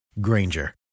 Granger